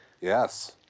Yes